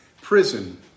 prison